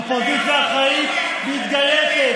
אופוזיציה אחראית מתגייסת